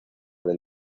del